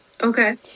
Okay